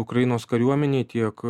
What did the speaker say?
ukrainos kariuomenei tiek